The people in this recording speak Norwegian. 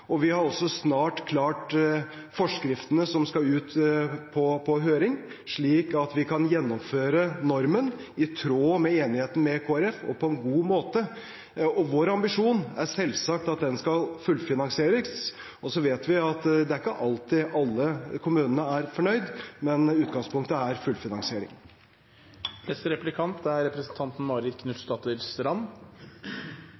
og vi har også snart forskriftene som skal ut på høring, klare, slik at vi kan gjennomføre normen i tråd med enigheten med Kristelig Folkeparti – og på en god måte. Vår ambisjon er selvsagt at den skal fullfinansieres. Så vet vi at det er ikke alltid alle kommunene er fornøyd, men utgangspunktet er fullfinansiering.